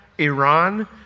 Iran